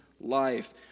life